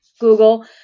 Google